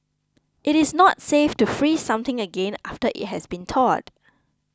it is not safe to freeze something again after it has thawed